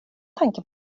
tanken